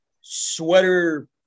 sweater